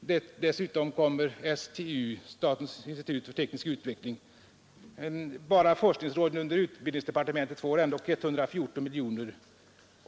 Därtill kommer anslag till statens institut för teknisk utveckling. Bara forskningsråden under utbildningsdepartementet får således 113 miljoner.